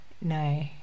No